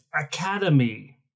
Academy